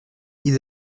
ils